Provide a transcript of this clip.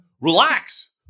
relax